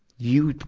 you,